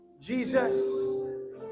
Jesus